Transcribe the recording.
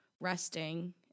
resting